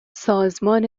سازمان